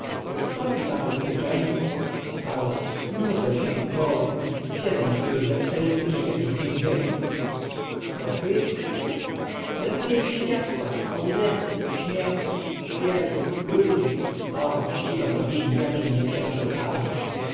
co mi tam bezpieczeństwo odparła nudzę się i boję siedzę tu już ze cztery dni jak w więzieniu brakuje ci czego brakuje mi światła oddechu śmiechów śpiewów ludzi o mściwa bogini jakże mnie ciężko karzesz